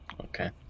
Okay